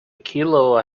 kilo